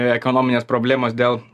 ekonominės problemos dėl